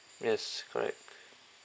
yes correct